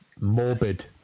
morbid